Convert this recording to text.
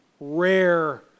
rare